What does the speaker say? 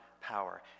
power